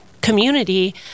community